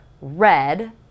Red